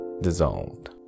dissolved